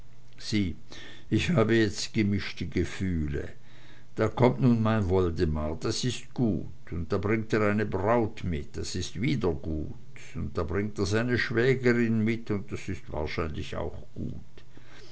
ich habe jetzt gemischte gefühle da kommt nun mein woldemar das is gut und da bringt er seine braut mit das is wieder gut und da bringt er seine schwägerin mit und das is wahrscheinlich auch gut